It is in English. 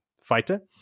fighter